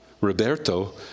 Roberto